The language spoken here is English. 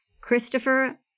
Christopher